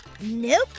Nope